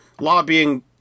lobbying